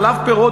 חלב פירות,